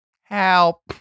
Help